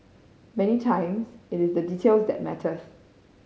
many times it is the details that matters